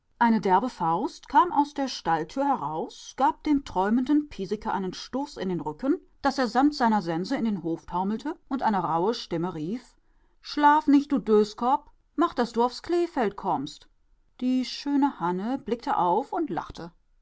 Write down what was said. eine derbe faust kam aus der stalltür heraus gab dem träumenden piesecke einen stoß in den rücken daß er samt seiner sense in den hof taumelte und eine rauhe stimme rief schlaf nicht du döskopp mach daß du aufs kleefeld kommst die schöne hanne blickte auf und lachte